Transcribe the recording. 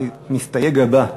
המסתייג הבא,